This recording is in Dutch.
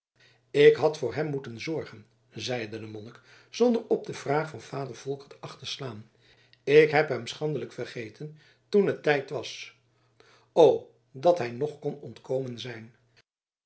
ik had voor hem moeten zorgen zeide de monnik zonder op de vraag van vader volkert acht te slaan ik heb hem schandelijk vergeten toen het tijd was o dat hij nog kon ontkomen zijn